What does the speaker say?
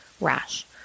rash